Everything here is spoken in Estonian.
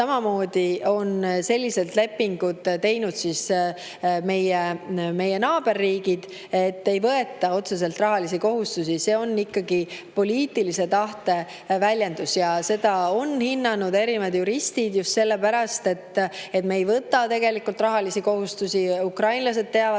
samamoodi on sellise lepingu teinud meie naaberriigid: ei võeta otseselt rahalisi kohustusi. See on ikkagi poliitilise tahte väljendus ja nii on seda hinnanud ka erinevad juristid, et me ei võta tegelikult rahalisi kohustusi. Ja ukrainlased teavad